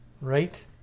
right